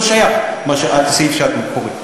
לא שייך הסעיף שאת קוראת.